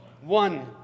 one